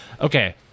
Okay